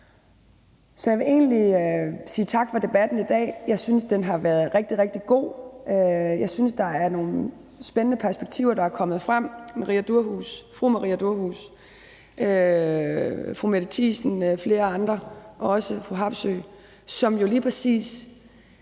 Så jeg vil egentlig sige tak for debatten i dag. Jeg synes, den har været rigtig, rigtig god. Jeg synes, der er kommet nogle spændende perspektiver frem. Det gælder fru Maria Durhuus, fru Mette Thiesen, fru Marlene Harpsøe og flere